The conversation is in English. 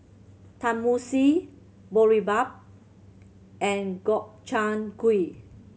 Tenmusu Boribap and Gobchang Gui